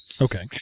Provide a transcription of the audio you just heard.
Okay